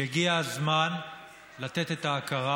שהגיע הזמן לתת את ההכרה.